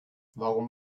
warum